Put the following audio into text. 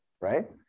right